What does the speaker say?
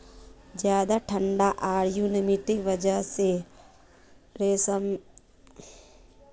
ज्यादा ठंडी आर ह्यूमिडिटीर वजह स रेशमेर कीड़ाक बीमारी पकड़े लिछेक